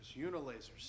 Unilasers